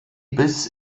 bis